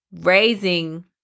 raising